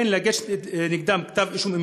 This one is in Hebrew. להגיש נגדם כתב אישום,